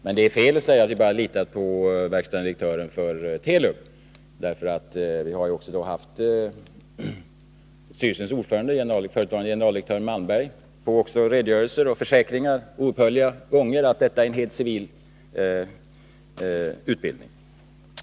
Men det är fel att säga att vi bara litat på verkställande direktören för Telub, för vi har också otaliga gånger fått redogörelser och försäkringar från styrelsens ordförande förutvarande generaldirektören Malmberg, att detta är en helt civil utbildning.